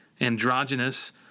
androgynous